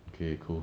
okay cool